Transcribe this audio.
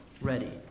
Ready